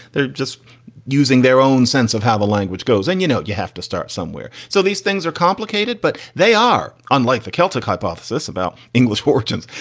they're just using their own sense of how the language goes. and, you know, you have to start somewhere. so these things are complicated, but they are unlike the celtic hypothesis about english fortunes.